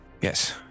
Yes